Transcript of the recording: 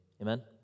amen